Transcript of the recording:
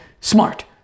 smart